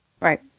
Right